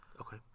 okay